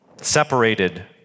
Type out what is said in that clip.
separated